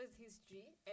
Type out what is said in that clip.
history